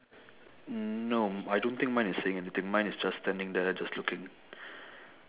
no I don't think mine is saying anything mine is just standing there just looking